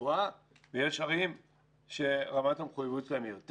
גבוהה ויש ערים שרמת המחויבות שלהן היא יותר